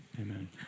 Amen